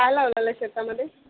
काय लावलेलं शेतामध्ये